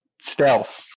Stealth